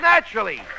Naturally